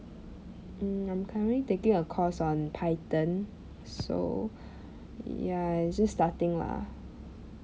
mm I'm currently taking a course on python so ya it's just starting lah